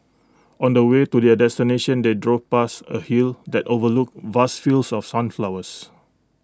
on the way to their destination they drove past A hill that overlooked vast fields of sunflowers